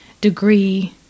degree